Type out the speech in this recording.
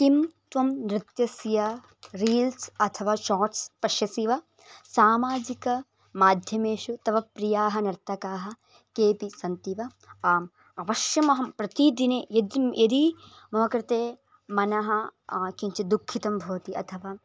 किं त्वं नृत्यस्य रील्स् अथवा शाट्स् पश्यसि वा सामाजिकमाध्यमेषु तव प्रियाः नर्तकाः केऽपि सन्ति वा आम् अवश्यम् अहं प्रतिदिनं यज् यदि मम कृते मनः आ किञ्चित् दुःखितं भवति अथवा